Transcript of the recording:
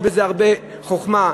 יש בזה הרבה חוכמה,